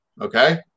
Okay